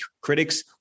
critics